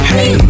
Hey